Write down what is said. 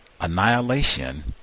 annihilation